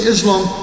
Islam